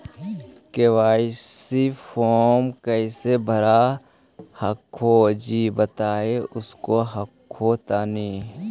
KYC फॉर्मा कैसे भरा हको जी बता उसको हको तानी?